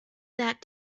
that